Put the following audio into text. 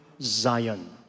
Zion